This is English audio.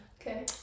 Okay